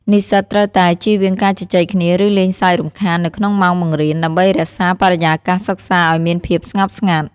និស្សិតត្រូវតែ ជៀសវាងការជជែកគ្នា ឬលេងសើចរំខាន នៅក្នុងម៉ោងបង្រៀន ដើម្បីរក្សាបរិយាកាសសិក្សាឱ្យមានភាពស្ងប់ស្ងាត់។